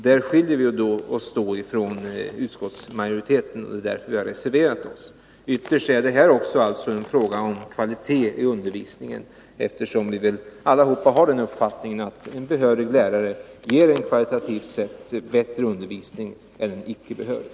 Där skiljer vi oss från utskottsmajoriteten och har därför reserverat oss. Ytterst är detta en fråga om kvalitet i undervisningen, eftersom vi väl alla har den uppfattningen att en behörig lärare ger en kvalitativt sett bättre undervisning än en icke behörig.